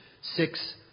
six